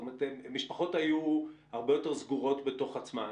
משפחות היו הרבה יותר סגורות בתוך עצמן